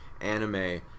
anime